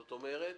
זאת אומרת,